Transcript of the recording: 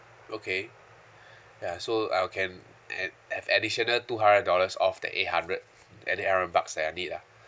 okay ya so I can ha~ have additional two hundred dollars off the eight hundred the eight hundred bucks that I need ah